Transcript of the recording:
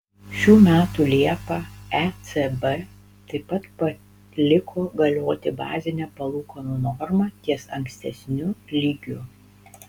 šių metų liepą ecb taip pat paliko galioti bazinę palūkanų normą ties ankstesniu lygiu